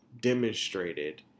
Demonstrated